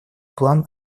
план